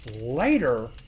later